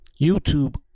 YouTube